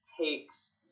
takes